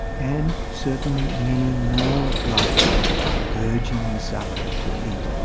and certainly many more like it urging the sufferer to eat.